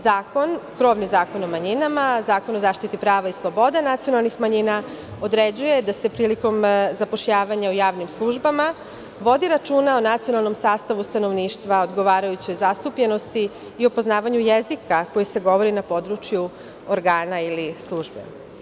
Zakon, krovni Zakon o manjinama, Zakona o zaštiti prava i sloboda nacionalnih manjina određuje da se prilikom zapošljavanja u javnim službama vodi računa o nacionalnom sastavu stanovništva, odgovarajućoj zastupljenosti i o poznavanju jezika koji se govori na području organa ili službe.